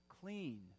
clean